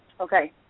Okay